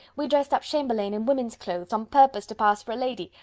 we dressed up chamberlayne in woman's clothes on purpose to pass for a lady,